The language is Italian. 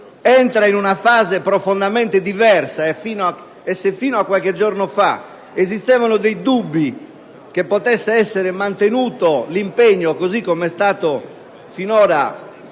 entra in una fase profondamente diversa e che, se fino a qualche giorno fa esistevano dubbi che potesse essere mantenuto l'impegno così come è stato sinora